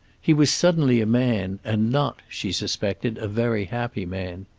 he was suddenly a man, and not, she suspected, a very happy man.